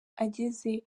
ageze